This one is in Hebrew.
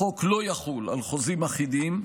החוק לא יחול על חוזים אחידים,